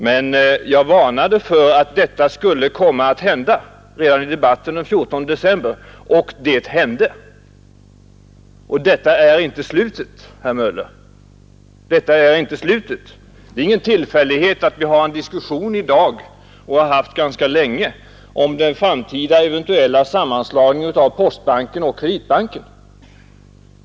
Men jag varnade redan i debatten den 14 december för att detta skulle komma att hända, och det hände. Detta är inte heller slutet, herr Möller. Det är ingen tillfällighet att vi har en diskussion i dag, och har haft den ganska länge, om den framtida eventuella sammanslagningen av postbanken och Kreditbanken.